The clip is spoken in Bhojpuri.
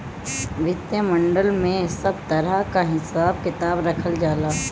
वित्तीय मॉडल में सब तरह कअ हिसाब किताब रखल जाला